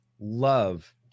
love